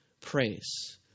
praise